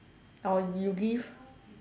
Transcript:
orh you give